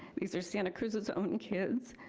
these are santa cruz's own kids,